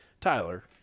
Tyler